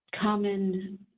common